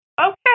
okay